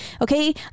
Okay